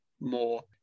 more